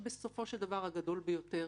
בסופו של דבר החשש הגדול ביותר